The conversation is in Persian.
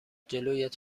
جلویت